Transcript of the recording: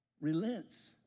relents